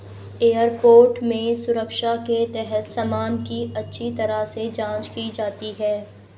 airport में सुरक्षा के तहत सामान की अच्छी तरह से जांच की जाती है